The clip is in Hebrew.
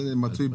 זה מצוי,